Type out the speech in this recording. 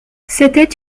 c’était